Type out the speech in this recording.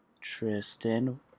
tristan